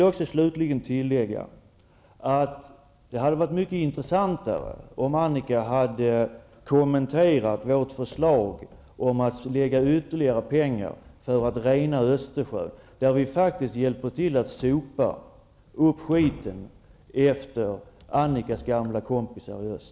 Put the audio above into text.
Jag vill slutligen tillägga att det hade varit mycket intressantare om Annika Åhnberg hade kommenterat vårt förslag om att avsätta ytterligare medel för att rena Östersjön. Vi hjälper faktiskt till att sopa upp skiten efter Annika Åhnbergs gamla kompisar i öst.